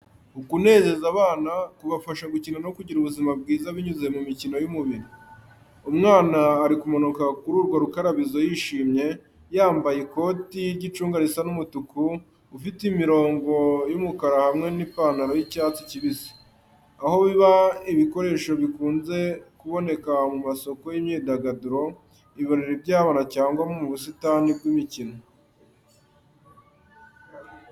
Ukunezeza abana, kubafasha gukina no kugira ubuzima bwiza binyuze mu mikino y’umubiri. Umwana: Ari kumanuka kuri urwo rukarabizo yishimye, yambaye ikoti ry’icunga risa n’umutuku ufite imirongo yumukara hamwe n’ipantaro y’icyatsi kibisi. Aho biba: Ibi bikoresho bikunze kuboneka mu masoko y’imyidagaduro, ibirori by’abana, cyangwa mu busitani bw’imikino.